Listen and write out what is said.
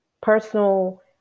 personal